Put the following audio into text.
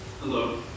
Hello